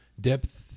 depth